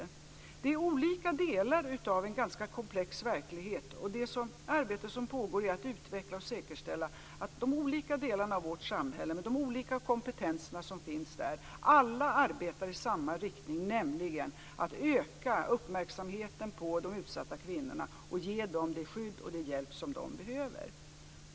Det är olika delar i en ganska komplex verklighet. Det arbete som pågår är att utveckla och säkerställa att alla de olika delarna av vårt samhälle, med de olika kompetenser som finns där, arbetar i samma riktning, nämligen att öka uppmärksamheten på de utsatta kvinnorna och ge dem det skydd och den hjälp som de behöver.